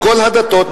בכל הדתות,